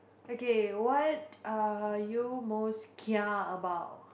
okay what are you most kia about